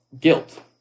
guilt